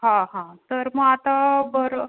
हा हा तर मग आता बरं